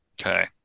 Okay